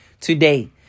today